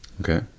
okay